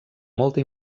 molta